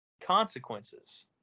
consequences